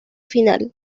final